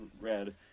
read